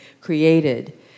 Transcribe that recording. created